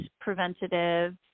preventative